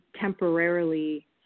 temporarily